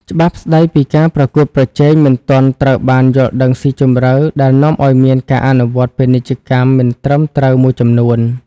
ច្បាប់ស្ដីពីការប្រកួតប្រជែងមិនទាន់ត្រូវបានយល់ដឹងស៊ីជម្រៅ ដែលនាំឱ្យមានការអនុវត្តពាណិជ្ជកម្មមិនត្រឹមត្រូវមួយចំនួន។